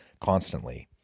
constantly